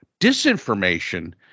Disinformation